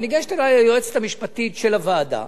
וניגשת אלי היועצת המשפטית של הוועדה